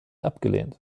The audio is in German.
abgelehnt